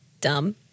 Dumb